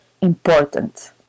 important